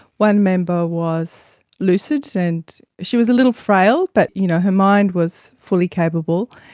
one member was lucid, and she was a little frail but you know her mind was fully capable,